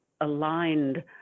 aligned